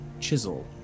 chisel